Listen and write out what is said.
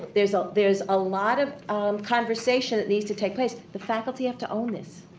there's ah there's a lot of conversation that needs to take place. the faculty have to own this.